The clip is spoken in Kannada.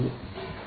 ಆದ್ದರಿಂದ